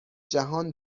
جهان